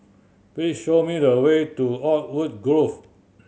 please show me the way to Oakwood Grove